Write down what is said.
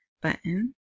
button